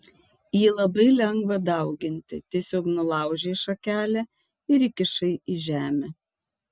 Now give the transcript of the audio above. jį labai lengva dauginti tiesiog nulaužei šakelę ir įkišai į žemę